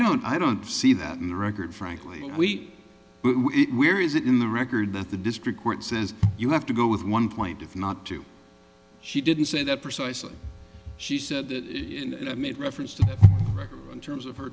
don't i don't see that in the record frankly we eat where is it in the record that the district court says you have to go with one point if not two she didn't say that precisely she said that i made reference to record in terms of her